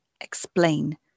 explain